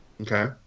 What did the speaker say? Okay